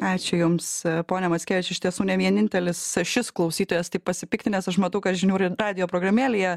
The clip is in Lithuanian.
ačiū jums pone mackevič iš tiesų ne vienintelis šis klausytojas tik pasipiktinęs aš matau kad žinių radijo programėlėje